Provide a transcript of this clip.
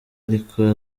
ariko